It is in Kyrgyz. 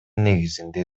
негизинде